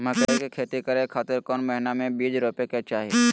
मकई के खेती करें खातिर कौन महीना में बीज रोपे के चाही?